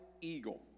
eagle